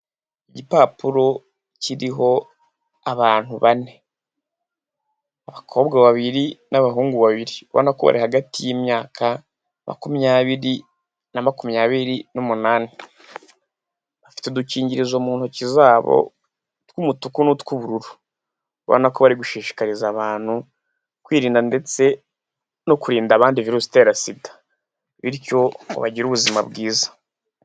Igipapuro kiriho abantu bane. Abakobwa babiri n'abahungu babiri, ubona ko bari hagati y'imyaka makumyabiri na makumyabiri n'umunani. Bafite udukingirizo mu ntoki zabo tw'umutuku n'utw'ubururu, ubona ko bari gushishikariza abantu kwirinda ndetse no kurinda abandi virusi itera sida bityo bagire ubuzima bwiza.